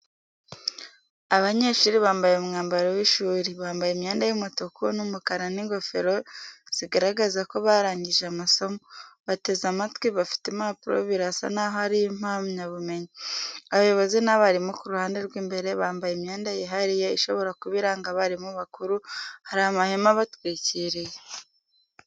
Abanyeshuri bambaye umwambaro w’ishuri. Bambaye imyenda y’umutuku n’umukara n’ingofero zigaragaza ko barangije amasomo. Bateze amatwi, bafite impapuro birasa naho ari impamyabumenyi. Abayobozi n’abarimu ku ruhande rw’imbere bambaye imyenda yihariye ishobora kuba iranga abarimu bakuru, hari amahema abatwikiriye.